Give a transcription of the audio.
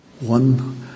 one